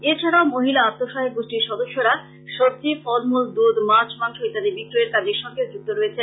এ ছাড়াও মহিলা আত্মসহায়ক গোষ্ঠির সদস্যরা সজী ফল মূল দুধ মাছ মাংস ইত্যাদি বিক্রয়ের কাজের সঙ্গেও যুক্ত হয়েছেন